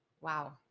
wow